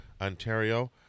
Ontario